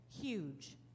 Huge